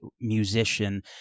musician